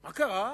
מה קרה?